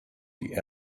die